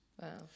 Wow